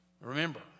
Remember